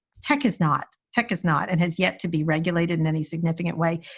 tech is not, tech is not, and has yet to be regulated in any significant way.